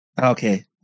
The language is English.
okay